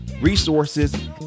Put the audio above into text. resources